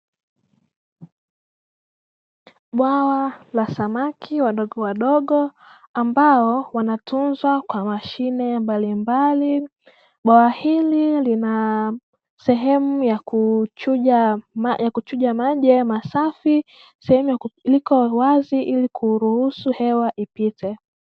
Bwawa la samaki wadogowadogo ambao wanatunzwa kwa mashine mbalimbali, bwawa hili lina sehemu ya kuchuja maji yawe masafi. Liko wazi kuruhusu hewa ipite.